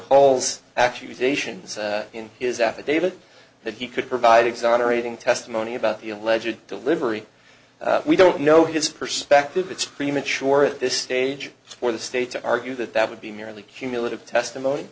hall's accusations in his affidavit that he could provide exonerating testimony about the alleged delivery we don't know his perspective it's premature at this stage for the state to argue that that would be merely cumulative testimony